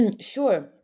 sure